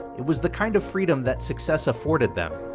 it was the kind of freedom that success afforded them,